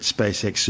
SpaceX